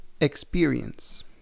experience